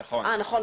נכון,